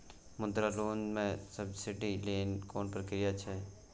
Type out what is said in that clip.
मुद्रा लोन म सब्सिडी लेल कोन प्रक्रिया छै?